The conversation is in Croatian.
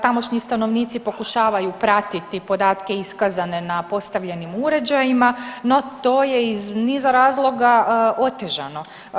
Tamošnji stanovnici pokušavaju pratiti podatke iskazane na postavljenim uređajima, no to je iz niza razloga otežano.